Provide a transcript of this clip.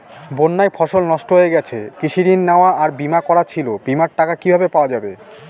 বন্যায় ফসল নষ্ট হয়ে গেছে কৃষি ঋণ নেওয়া আর বিমা করা ছিল বিমার টাকা কিভাবে পাওয়া যাবে?